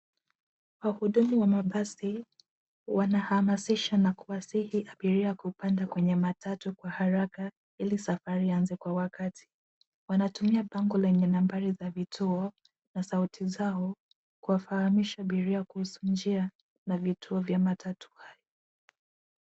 Wahudumu wa mabasi, wanawahamasisha na kuwasihi abiria kupanda kwenye matatu kwa haraka, ili safari ianze kwa wakati. Wanatumia bango lenye nambari za vituo, na sauti zao, kuwafahamisha abiria kuhusu njia, na vituo vya matatu.